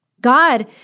God